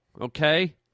okay